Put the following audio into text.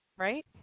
right